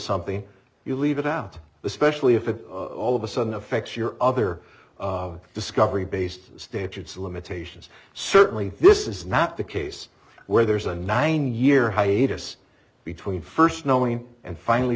something you leave it out the specially if it all of a sudden affects your other discovery based statutes of limitations certainly this is not the case where there's a nine year hiatus between first knowing and finally